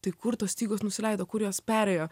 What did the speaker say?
tai kur tos stygos nusileido kur jos perėjo